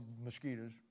mosquitoes